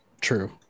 True